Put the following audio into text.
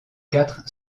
quatre